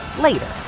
later